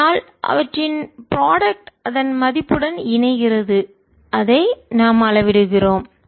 ஆனால் அவற்றின் ப்ராடக்ட் அதன் மதிப்புடன் இணைகிறது அதை நாம் அளவிடுகிறோம்